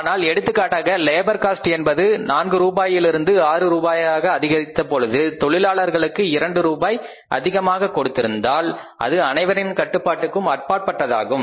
ஆனால் எடுத்துக்காட்டாக labour cost என்பது நான்கு ரூபாயிலிருந்து 6 ரூபாயாக அதிகரித்த பொழுது தொழிலாளர்களுக்கு இரண்டு ரூபாய் அதிகமாக கொடுத்திருந்தால் அது அனைவரின் கட்டுப்பாட்டுக்கும் அப்பாற்பட்டதாகும்